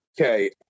Okay